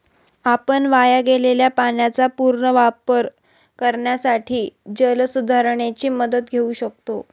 आपण वाया गेलेल्या पाण्याचा पुनर्वापर करण्यासाठी जलसुधारणेची मदत घेऊ शकतो